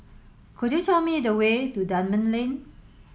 could you tell me the way to Dunman Lane